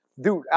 dude